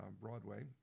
Broadway